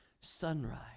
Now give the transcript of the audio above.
sunrise